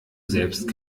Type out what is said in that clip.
selbst